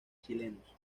chilenos